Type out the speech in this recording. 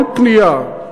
כל פנייה,